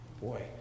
Boy